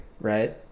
right